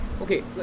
Okay